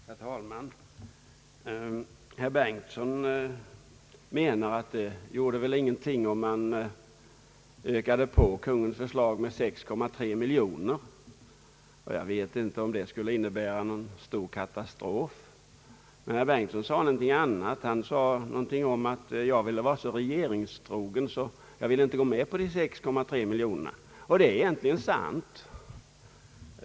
Herr talman! Herr Bengtson anser att det inte gör någonting om man höjer Kungl. Maj:ts förslag med 6,3 miljoner. Självfallet skulle det inte innebära någon katastrof. Men herr Bengtson sade också att jag ville vara så regeringstrogen att jag inte kunde gå med på denna höjning. Det är egentligen sant.